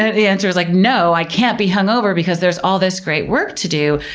the answer is like no, i can't be hungover because there's all this great work to do.